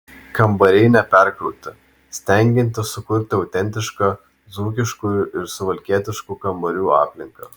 kambariai neperkrauti stengiantis sukurti autentišką dzūkiškų ir suvalkietiškų kambarių aplinką